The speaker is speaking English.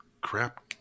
crap